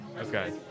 Okay